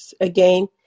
again